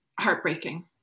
heartbreaking